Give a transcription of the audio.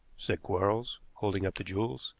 said quarles, holding up the jewels.